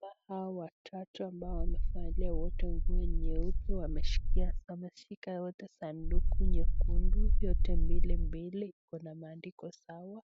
Watu hawa watatu ambao wamevalia wote nguo nyeupe wameshikia, wameshika wote sanduku nyekundu yote mbili mbili. Kuna maandiko zao